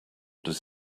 does